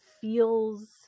feels